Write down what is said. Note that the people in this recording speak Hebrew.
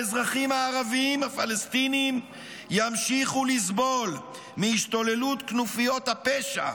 האזרחים הערבים הפלסטינים ימשיכו לסבול מהשתוללות כנופיית הפשע,